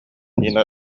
нина